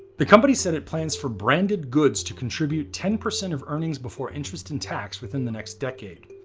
the company said it plans for branded goods to contribute ten percent of earnings before interest and tax within the next decade.